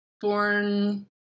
born